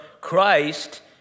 Christ